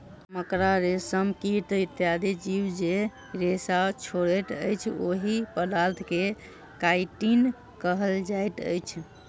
मकड़ा, रेशमक कीड़ा इत्यादि जीव जे रेशा छोड़ैत अछि, ओहि पदार्थ के काइटिन कहल जाइत अछि